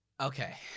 Okay